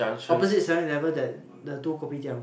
opposite seven eleven that the two Kopitiam